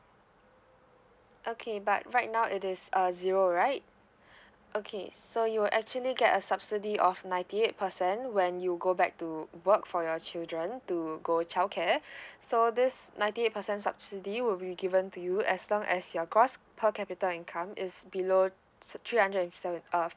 okay but right now it is uh zero right okay so you will actually get a subsidy of ninety eight percent when you go back to work for your children to go childcare so this ninety eight percent subsidy will be given to you as long as your gross per capita income is below three hundred and seven uh